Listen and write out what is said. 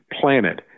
planet